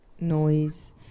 noise